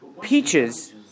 Peaches